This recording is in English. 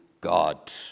God